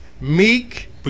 Meek